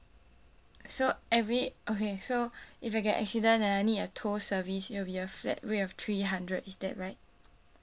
so every okay so if I get accident and I need a tow service it'll be a flat rate of three hundred is that right